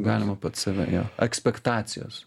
galima pats save jo ekspektacijos